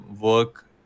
work